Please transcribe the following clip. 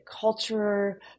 culture